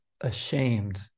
ashamed